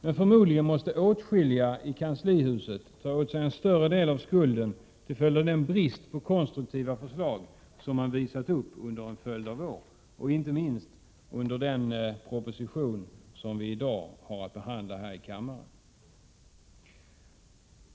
Men förmodligen måste åtskilliga i kanslihuset ta på sig en större del av skulden till den brist på konstruktiva förslag som man visat upp under en följd av år. Det gäller inte minst den proposition som vi i dag har att behandla här i kammaren.